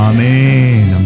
Amen